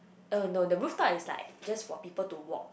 uh no the rooftop is like just for people to walk